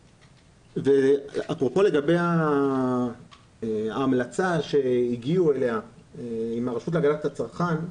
לגבי ההמלצה שהגיעו אליה עם הרשות להגנת הצרכן,